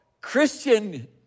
Christian